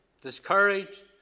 discouraged